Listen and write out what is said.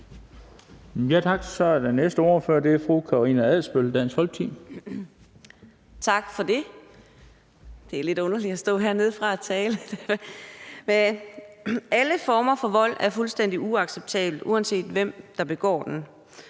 Alle former for vold er fuldstændig uacceptabelt, uanset hvem der begår den.